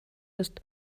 ist